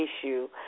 issue